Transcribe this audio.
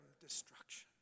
destruction